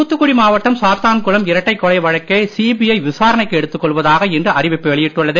தூத்துக்குடி மாவட்டம் சாத்தான்குளம் இரட்டை கொலை வழக்கை சிபிஐ விசாரணைக்கு எடுத்துக் கொள்வதாக இன்று அறிவிப்பு வெளியிட்டுள்ளது